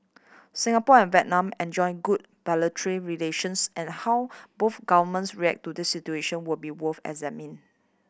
Singapore and Vietnam enjoy good bilateral relations and how both governments react to this situation will be worth examining